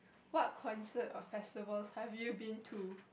what concert or festivals have you been to